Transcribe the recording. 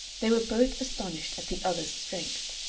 they were both astonished at the other's strength.